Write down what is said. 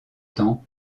temps